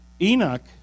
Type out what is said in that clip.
Enoch